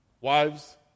Wives